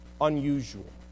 unusual